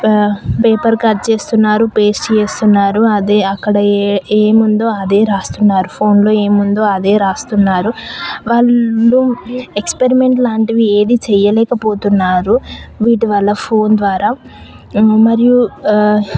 paper cut చేస్తున్నారు paste చేస్తున్నారు అదే అక్కడ ఏం ఉందో అదే రాస్తున్నారు ఫోన్లో ఏం ఉందో అదే రాస్తున్నారు వాళ్లు ఎక్స్పెరిమెంట్ లాంటివి ఏదీ చేయలేకపోతున్నారు వీటి వల్ల ఫోన్ ద్వారా మరియు